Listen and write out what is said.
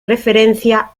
referencia